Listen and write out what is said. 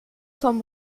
vom